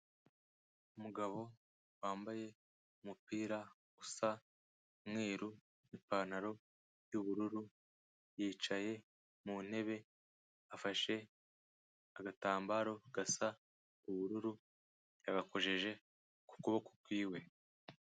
Umugabo wambaye umupira usa umweru n'ipantaro y'ubururu, yicaye mu ntebe afashe agatambaro gasa ubururu yagakojeje ku kuboko kwiwe.